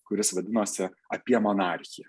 kuris vadinosi apie monarchiją